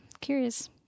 curious